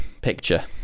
picture